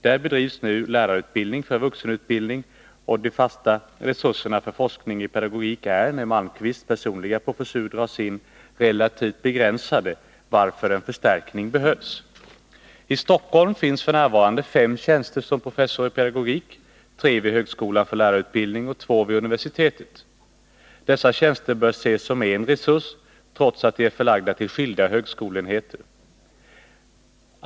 Där bedrivs nu lärarutbildning för vuxenutbildning, och de fasta resurserna för forskning i pedagogik är, när Ewe Malmquists personliga professur dras in, relativt begränsade, varför en förstärkning behövs. I Stockholm finns f. n. fem tjänster som professor i pedagogik — tre vid högskolan för lärarutbildning och två vid universitetet. Dessa tjänster bör ses som en resurs, trots att de är förlagda till skilda högskoleenheter.